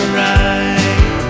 right